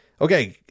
Okay